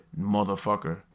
motherfucker